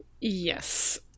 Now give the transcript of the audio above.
Yes